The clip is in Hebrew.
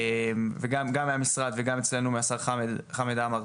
גם מהמשרד וגם אצלנו מהשר חמד עמאר,